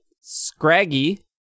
Scraggy